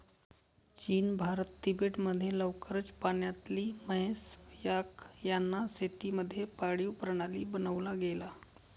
चीन, भारत, तिबेट मध्ये लवकरच पाण्यातली म्हैस, याक यांना शेती मध्ये पाळीव प्राणी बनवला गेल